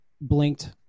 blinked